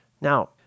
Now